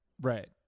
right